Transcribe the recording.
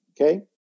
Okay